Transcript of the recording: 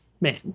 man